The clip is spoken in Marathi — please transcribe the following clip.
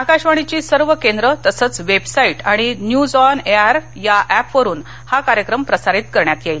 आकाशवाणीची सर्व केंद्र तसंच वेबसाईट आणि न्यूजऑन एआयआर या ऍपवरुन हा कार्यक्रम प्रसारित करण्यात येईल